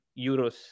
euros